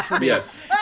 yes